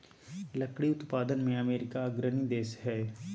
लकड़ी उत्पादन में अमेरिका अग्रणी देश हइ